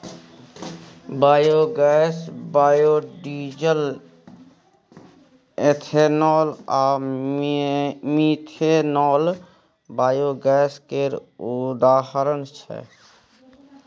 biogas, biodiesel, ethanol आ methanol biogas केर उदाहरण छै